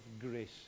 grace